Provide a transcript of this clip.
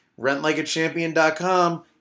rentlikeachampion.com